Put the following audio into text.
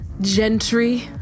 Gentry